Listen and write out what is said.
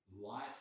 life